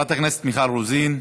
חברת הכנסת מיכל רוזין,